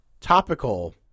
topical